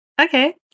Okay